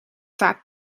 vaak